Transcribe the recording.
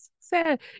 Sad